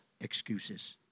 excuses